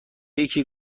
یکی